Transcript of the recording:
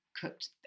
cooked